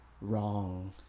wrong